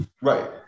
Right